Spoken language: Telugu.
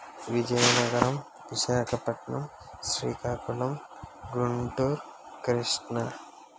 విజయవాడ విశాఖపట్నం శ్రీకాకుళం గుంటూరు కృష్ణ